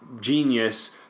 genius